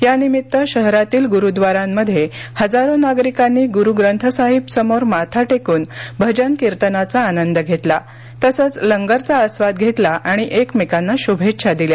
यानिमित्त शहरातील गुरूव्दारांमध्ये हजारो नागरिकांनी ग्रूग्रंथसाहिबसमोर माथा टेकून भजन कीर्तनाचा आनंद घेतला तसंच लंगरचा आस्वाद घेतला आणि एकमेकांना श्भेच्छा दिल्या